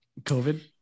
covid